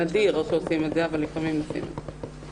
זה נדיר שעושים את זה אבל לפעמים עושים את זה.